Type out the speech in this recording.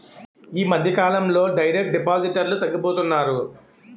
ఈ మధ్యకాలంలో డైరెక్ట్ డిపాజిటర్లు తగ్గిపోతున్నారు